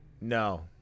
No